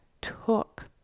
took